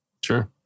Sure